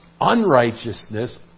unrighteousness